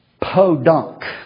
podunk